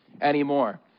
anymore